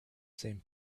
same